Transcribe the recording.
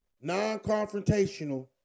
non-confrontational